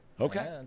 Okay